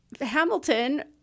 Hamilton